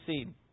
seed